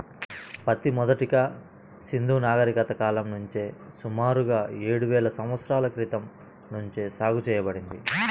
పత్తి మొదటగా సింధూ నాగరికత కాలం నుంచే సుమారుగా ఏడువేల సంవత్సరాల క్రితం నుంచే సాగు చేయబడింది